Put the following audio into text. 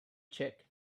check